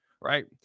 right